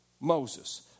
Moses